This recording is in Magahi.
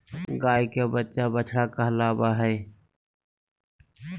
गाय के बच्चा बछड़ा कहलावय हय